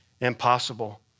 impossible